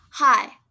Hi